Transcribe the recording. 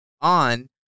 on